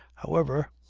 however.